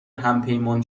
همپیمان